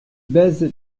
baise